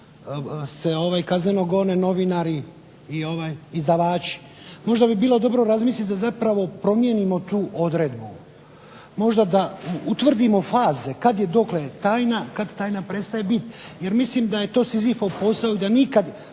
se kazneno gone novinari i izdavači. Možda bi bilo dobro razmisliti da zapravo promijenimo tu odredbu. Možda da utvrdimo faze kada dokle je tajna, kada tajna prestaje biti, jer mislim da je to sizifov posao jer nikad,